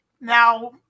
now